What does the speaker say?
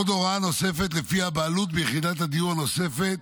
עוד הוראה נוספת, הבעלות ביחידת הדיור הנוספת